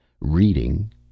Reading